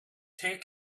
take